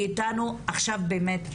היא איתנו בזום.